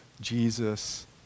Jesus